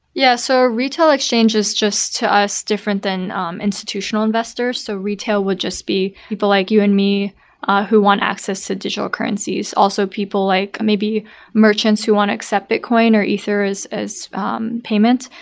yeah retail exchange is just, to us, different than um institutional investors, so retail would just be people like you and me ah who want access to digital currencies. also people like maybe merchants who want to accept bitcoin or ether as as payments.